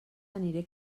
aniré